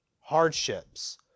hardships